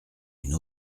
une